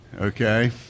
Okay